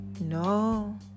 no